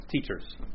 teachers